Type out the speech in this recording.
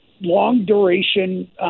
long-duration